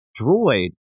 droid